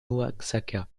oaxaca